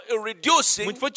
reducing